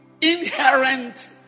inherent